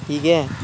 ಹೀಗೆ